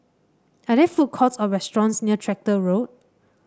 are there food courts or restaurants near Tractor Road